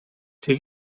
czy